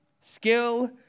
skill